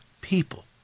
people